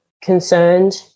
Concerned